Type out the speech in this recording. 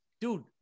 dude